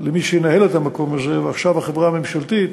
של מי שינהל את המקום הזה, עכשיו החברה הממשלתית,